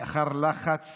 לאחר לחץ